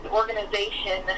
organization